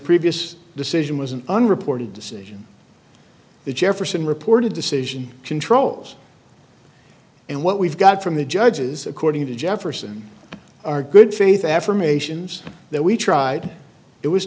previous decision was an unreported decision the jefferson reported decision controls and what we've got from the judges according to jefferson our good faith affirmations that we tried it was